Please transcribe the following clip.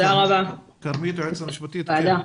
כרמית, היועצת המשפטית, בבקשה.